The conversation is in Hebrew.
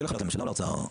צריך לפנות לממשלה או לאוצר?